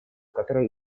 которая